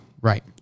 Right